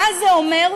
מה זה אומר?